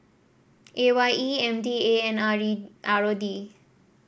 A Y E M D A and R R O D